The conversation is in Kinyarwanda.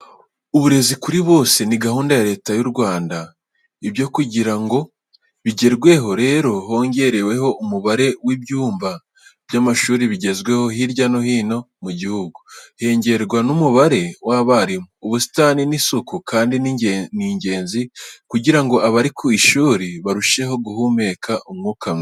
Uburezi kuri bose ni gahunda ya Leta yu Rwanda. Ibyo kugira ngo bigerweho rero, hongerewe umubare w'ibyumba by'amashuri bigezweho hirya no hino mu gihugu, hongerwa kandi n'umubare w'abarimu. Ubusitani n'isuku kandi ni ingenzi kugira ngo abari ku ishuri barusheho guhumeka umwuka mwiza.